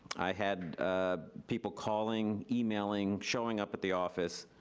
i had people calling, emailing, showing up at the office,